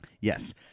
Yes